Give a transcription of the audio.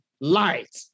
light